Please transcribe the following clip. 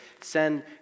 send